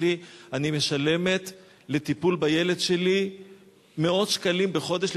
לי: אני משלמת לטיפול בילד שלי מאות שקלים בחודש,